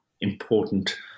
important